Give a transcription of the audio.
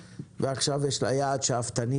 עכשיו יש לה יעד שאפתני,